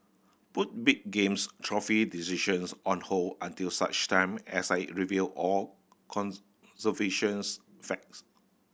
put big games trophy decisions on hold until such time as I review all conservation facts